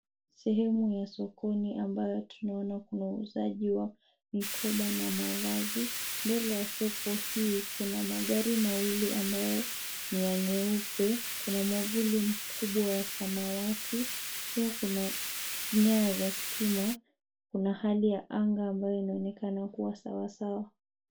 Sehemu ya sokoni ambayo tunaona kuna uuzaji wa mikoba na mavazi , mbele ya soko hii kuna magari mawili ambayo ni ya nyeupe ,kuna mwavuli mkubwa wa samawati pia kuna nyaya za stima ,kuna hali ya anga ambayo inaonekana kuwa sawasawa.